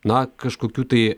na kažkokių tai